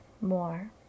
more